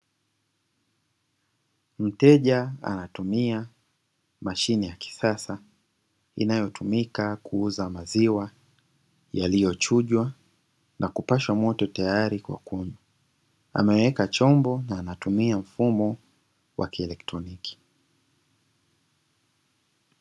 Mteja anatumia mashine ya kiasa inayotumika kuuza maziwa yaliyochujwa na kupashwa moto tayari kwa kunywa, ameweka chombo na anatumia mfumo wa kieletroniki.